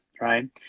right